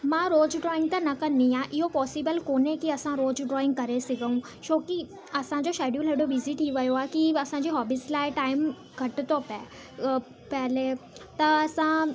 मां रोज़ु ड्रॉइंग त न कंदी आहियां इहो पॉसिबल कोने की असां रोज़ु ड्रॉइंग करे सघूं छोकी असांजो शैड्यूल हेॾो बिज़ी थी वियो आहे की असांजी हॉबीस लाइ टाइम घटि थो पिए पहले त असां